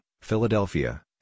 Philadelphia